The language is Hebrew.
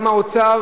כמה האוצר